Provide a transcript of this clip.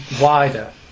wider